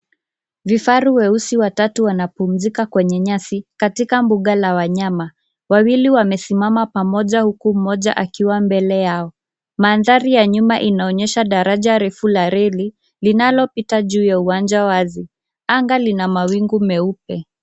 Vifaru weusi watatu wanapumzika kwenye nyasi katika mbuga la wanyama, wawili wamesimama pamoja huku mmoja akiwa mbele yao, mandhari ya nyuma inaonyesha daraja refu la reli linalopita juu ya uwanja wazi, anga lina mawingu meupe.